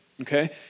okay